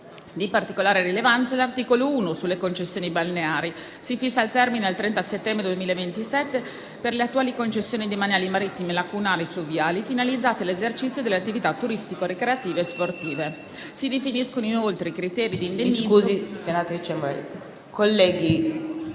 Di particolare rilevanza è l'articolo 1 sulle concessioni balneari. Si fissa il termine al 30 settembre 2027 per le attuali concessioni demaniali marittime, lacuali e fluviali finalizzati all'esercizio delle attività turistico-ricreative e sportive. Si definiscono inoltre i criteri di indennizzo per i concessionari uscenti,